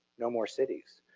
no more cities.